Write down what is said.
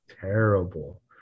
Terrible